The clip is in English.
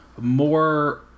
more